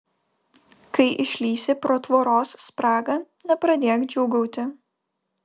kai išlįsi pro tvoros spragą nepradėk džiūgauti